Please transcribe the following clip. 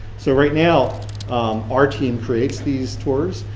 so right now our team creates these tours.